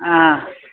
ह